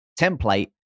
template